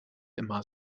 immer